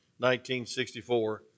1964